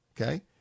Okay